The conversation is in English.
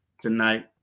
tonight